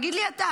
תגיד לי אתה.